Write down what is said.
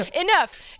Enough